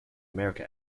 america